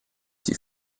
die